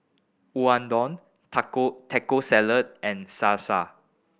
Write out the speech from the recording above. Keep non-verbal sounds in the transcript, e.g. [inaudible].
Unadon [unintelligible] Taco Salad and Salsa